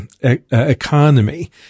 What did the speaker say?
economy